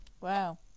Wow